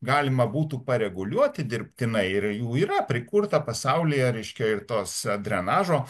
galima būtų pareguliuoti dirbtinai ir jų yra prikurta pasaulyje reiškia ir tos a drenažo